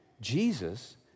Jesus